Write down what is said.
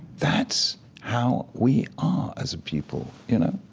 that's how we are as a people, you know?